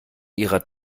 ihrer